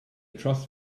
trust